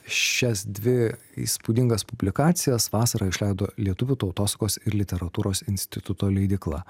šias dvi įspūdingas publikacijas vasarą išleido lietuvių tautosakos ir literatūros instituto leidykla